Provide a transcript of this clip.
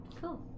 cool